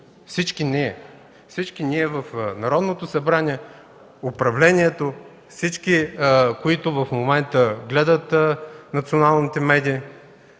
Всички ние, всички ние в Народното събрание, управлението, всички, които в момента гледат националните медии.